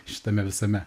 šitame visame